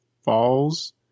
falls